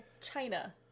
China